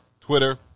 Twitter